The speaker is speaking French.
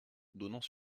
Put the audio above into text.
donnant